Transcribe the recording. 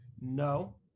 No